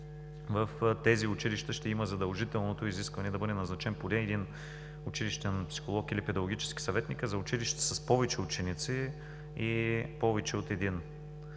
в тези училища ще има задължителното изискване да бъде назначен поне един училищен психолог или педагогически съветник, а за училища с повече ученици, и повече от един.